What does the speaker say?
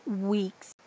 weeks